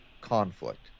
conflict